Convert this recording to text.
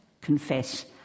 confess